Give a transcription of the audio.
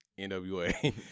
NWA